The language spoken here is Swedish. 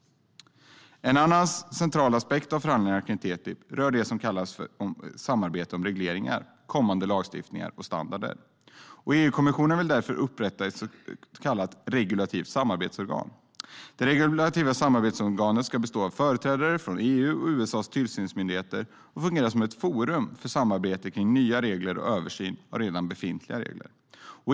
En central aspekt av förhandlingarna kring TTIP rör samarbete om regleringar, kommande lagstiftning och standarder. EU-kommissionen vill därför upprätta ett så kallat regulativt samarbetsorgan. Det regulativa samarbetsorganet ska bestå av företrädare för EU:s och USA:s tillsynsmyndigheter och fungera som ett forum för samarbete kring nya regler och översyn av redan befintliga regler.